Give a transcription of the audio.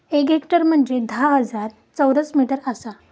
एक हेक्टर म्हंजे धा हजार चौरस मीटर आसा